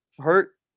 Hurt